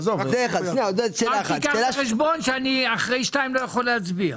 קח בחשבון שאחרי 14:00 איני יכול להצביע.